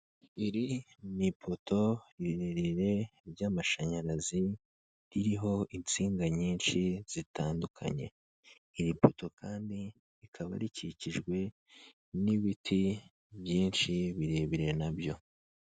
Iri ni ipoto rirerire ry'amashanyarazi ririho insinga nyinshi zitandukanye, iri poto kandi rikaba rikikijwe n'ibiti byinshi birebire na byo.